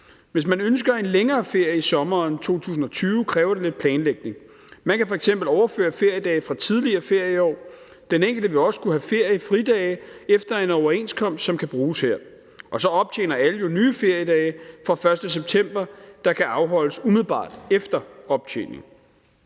Hvis man ønsker en længere ferie i sommeren 2020, kræver det lidt planlægning. Man kan f.eks. overføre feriedage fra tidligere ferieår. De enkelte vil også kunne have feriefridage efter en overenskomst, som kan bruges her. Og så optjener alle jo nye feriedage fra den 1. september, der kan afholdes umiddelbart efter optjeningen.